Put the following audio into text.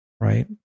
right